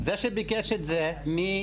זה שביקש את זה מאלקין,